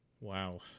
wow